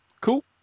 Cool